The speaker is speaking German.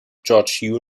george